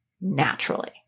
naturally